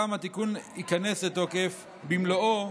גם התיקון ייכנס לתוקף במלואו